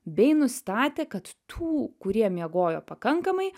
bei nustatė kad tų kurie miegojo pakankamai